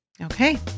Okay